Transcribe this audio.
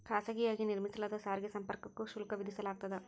ಖಾಸಗಿಯಾಗಿ ನಿರ್ಮಿಸಲಾದ ಸಾರಿಗೆ ಸಂಪರ್ಕಕ್ಕೂ ಶುಲ್ಕ ವಿಧಿಸಲಾಗ್ತದ